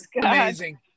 amazing